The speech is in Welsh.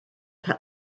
cael